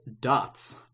dots